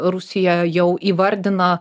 rusija jau įvardina